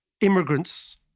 immigrants